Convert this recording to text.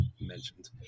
mentioned